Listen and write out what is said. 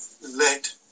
let